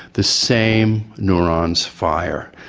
the same neurons fire.